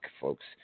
folks